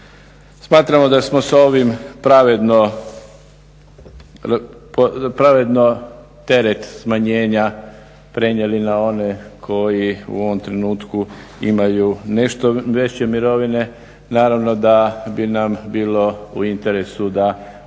Smatramo da smo s ovim pravedno teret smanjenja prenijeli na one koji u ovom trenutku imaju nešto veće mirovine. Naravno da bi nam bilo u interesu da ovo